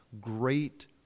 great